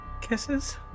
Kisses